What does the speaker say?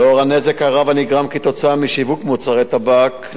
לנוכח הנזק הרב הנגרם משיווק מוצרי טבק.